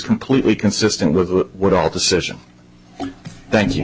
completely consistent with what all decision thank you